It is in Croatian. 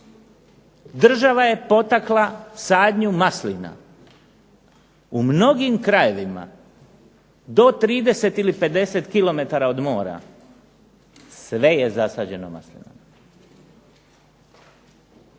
Država je potakla sadnju maslina u mnogim krajevima, do 30 ili 50 km od mora sve je zasađeno maslinama.